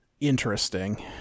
Interesting